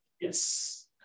Yes